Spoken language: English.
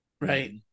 right